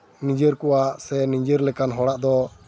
ᱱᱤᱡᱮᱨ ᱠᱚᱣᱟᱜ ᱥᱮ ᱱᱤᱡᱮᱨ ᱞᱮᱠᱟᱱ ᱦᱚᱲᱟᱜ ᱫᱚ